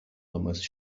almost